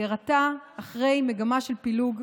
היא הראתה, אחרי מגמה של פילוג,